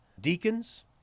deacons